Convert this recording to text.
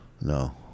No